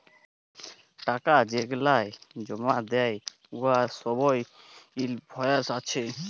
টাকা যেগলাল জমা দ্যায় উয়ার ছবই ইলভয়েস আছে